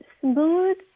smooth